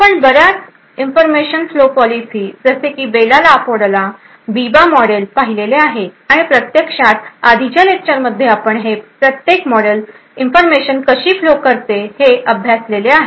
आपण बऱ्याच information flow policy जसे की बेल ला पॉडेला आणि बिबा मॉडेल पाहिलेल्या आहे आणि प्रत्यक्षात आधीच्या लेक्चरमध्ये आपण हे प्रत्येक मॉडेल इन्फॉर्मेशन कशी फ्लो करते हे अभ्यासलेले आहे